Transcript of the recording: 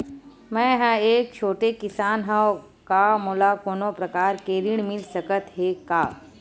मै ह एक छोटे किसान हंव का मोला कोनो प्रकार के ऋण मिल सकत हे का?